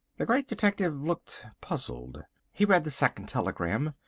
the great detective looked puzzled. he read the second telegram.